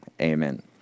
Amen